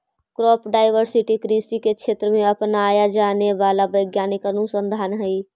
crop diversity कृषि के क्षेत्र में अपनाया जाने वाला वैज्ञानिक अनुसंधान हई